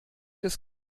ist